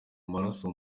amaraso